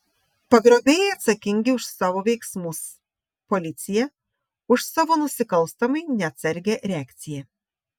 pagrobėjai atsakingi už savo veiksmus policija už savo nusikalstamai neatsargią reakciją